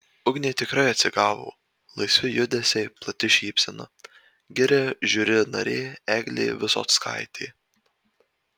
ugnė tikrai atsigavo laisvi judesiai plati šypsena giria žiuri narė eglė visockaitė